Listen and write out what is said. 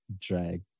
drag